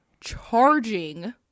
charging